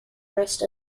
rest